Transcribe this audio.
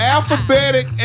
Alphabetic